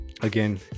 again